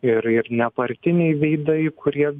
ir ir nepartiniai veidai kurie